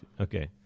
Okay